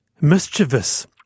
mischievous